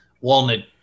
walnut